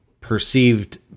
perceived